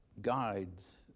guides